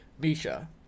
misha